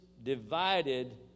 Divided